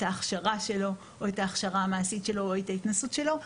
ההכשרה שלו או את ההכשרה המעשית שלו או את ההתנסות שלו.